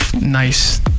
nice